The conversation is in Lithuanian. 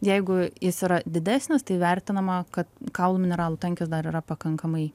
jeigu jis yra didesnis tai vertinama kad kaulų mineralų tankis dar yra pakankamai